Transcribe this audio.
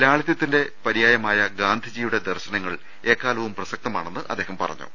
ലാളിതൃത്തിന്റെ പര്യായമായ ഗാന്ധിജിയുടെ ദർശനങ്ങൾ എക്കാലവും പ്രസക്തമാണെന്ന് അദ്ദേഹം പറഞ്ഞു